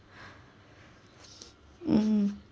mm